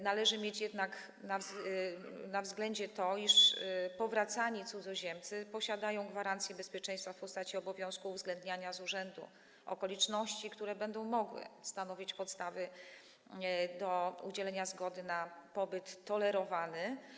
Należy mieć jednak na względzie to, iż powracający cudzoziemcy posiadają gwarancję bezpieczeństwa w postaci obowiązku uwzględniania z urzędu okoliczności, które będą mogły stanowić podstawy do udzielenia zgody na pobyt tolerowany.